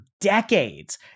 decades